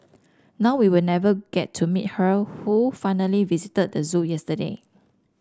now we'll never get to meet her who finally visited the zoo yesterday